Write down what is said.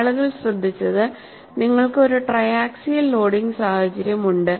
ആളുകൾ ശ്രദ്ധിച്ചത് നിങ്ങൾക്ക് ഒരു ട്രൈ ആക്സിയൽ ലോഡിംഗ് സാഹചര്യമുണ്ട്